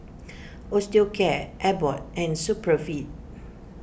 Osteocare Abbott and Supravit